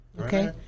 okay